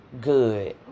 good